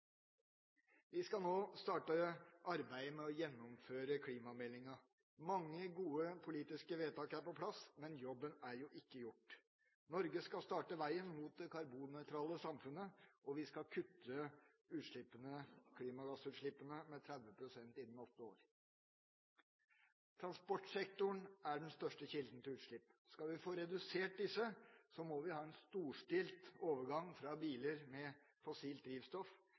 Vi skal nå starte arbeidet med å gjennomføre klimameldinga. Mange gode politiske vedtak er på plass, men jobben er ikke gjort. Norge skal starte på veien mot det karbonnøytrale samfunnet, og vi skal kutte klimagassutslippene med 30 pst. innen åtte år. Transportsektoren er den største kilden til utslipp. Skal vi få redusert disse, må vi ha en storstilt overgang fra biler med fossilt drivstoff